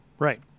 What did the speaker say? Right